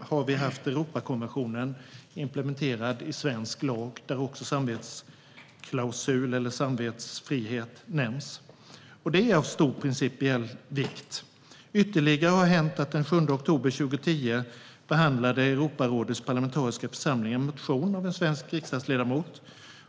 har Europakonventionen varit implementerad i svensk lag där också samvetsfrihet nämns. Det är av stor principiell vikt. Ytterligare har hänt. Den 7 oktober 2010 behandlade Europarådets parlamentariska församling en motion av en svensk riksdagsledamot.